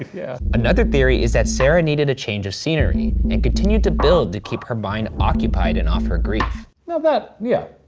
yeah. another theory is that sarah needed a change of scenery and continued to build to keep her mind occupied and off her grief. now that, yeah.